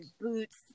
boots